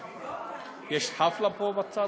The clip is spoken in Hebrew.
יש חפלה פה בצד?